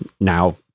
now